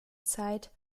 zeit